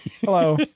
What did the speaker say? hello